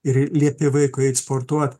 ir liepi vaikui eit sportuot